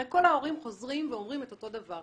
הרי כל ההורים חוזרים ואומרים את אותו דבר.